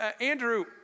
Andrew